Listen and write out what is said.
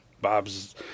Bob's